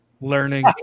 learning